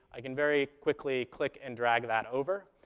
i can very quickly click and drag that over,